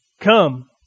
Come